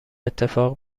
اتفاق